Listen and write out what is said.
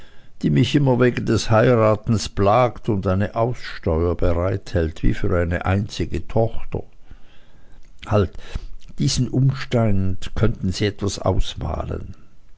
die mich immer wegen des heiratens plagt und eine aussteuer bereithält wie für eine einzige tochter halt diesen umstand könnten sie etwas ausmalen